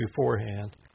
beforehand